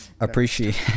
appreciate